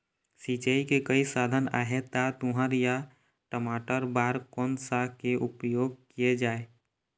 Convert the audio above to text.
सिचाई के कई साधन आहे ता तुंहर या टमाटर बार कोन सा के उपयोग किए जाए?